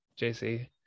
JC